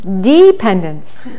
Dependence